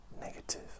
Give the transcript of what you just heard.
negative